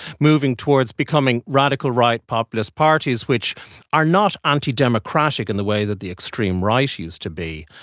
moving towards becoming radical right populist parties which are not antidemocratic in the way that the extreme right used to be,